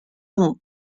amb